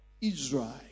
Israel